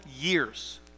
years